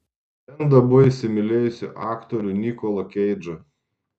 brenda buvo įsimylėjusi aktorių nikolą keidžą